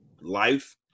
life